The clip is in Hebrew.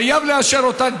חייבים לאשר אותה,